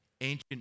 ancient